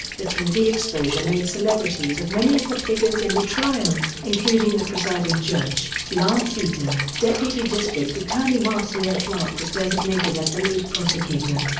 the tv exposure made celebrities of many of the figures in the trial, including the presiding judge, lance ito. deputy district attorney marcia clark was designated as the lead prosecutor.